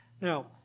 Now